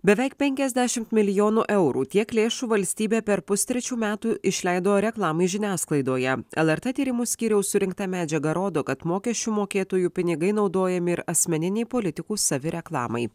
beveik penkiasdešimt milijonų eurų tiek lėšų valstybė per pustrečių metų išleido reklamai žiniasklaidoje lrt tyrimų skyriaus surinkta medžiaga rodo kad mokesčių mokėtojų pinigai naudojami ir asmeninei politikų savireklamai